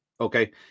Okay